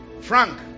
frank